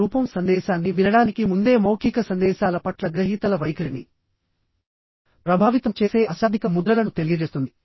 స్వరూపం సందేశాన్ని వినడానికి ముందే మౌఖిక సందేశాల పట్ల గ్రహీతల వైఖరిని ప్రభావితం చేసే అశాబ్దిక ముద్రలను తెలియజేస్తుంది